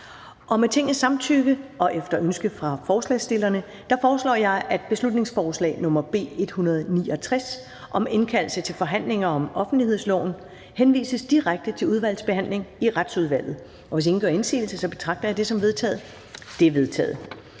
Med Tingets samtykke og efter ønske fra forslagsstillerne foreslår jeg, at beslutningsforslag nr. B 169 om indkaldelse til forhandlinger om offentlighedsloven henvises til direkte udvalgsbehandling i Retsudvalget. Hvis ingen gør indsigelse, betragter jeg det som vedtaget. Det er vedtaget.